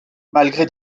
malgré